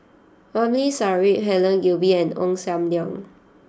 Ramli Sarip Helen Gilbey and Ong Sam Leong